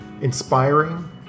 inspiring